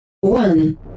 one